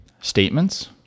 statements